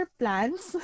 plans